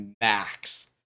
max